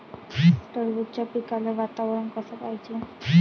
टरबूजाच्या पिकाले वातावरन कस पायजे?